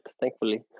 Thankfully